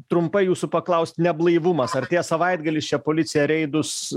trumpai jūsų paklaust neblaivumas artėja savaitgalis čia policija reidus